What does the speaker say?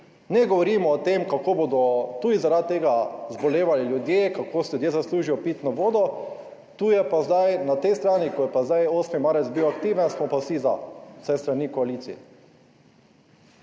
Ne govorimo o tem, kako bodo tudi zaradi tega zbolevali ljudje, kako si ljudje zaslužijo pitno vodo, na tej strani, ko je pa zdaj 8. marec bil aktiven, smo pa vsi za, vsaj s strani koalicije.